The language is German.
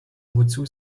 wozu